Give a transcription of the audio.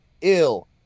ill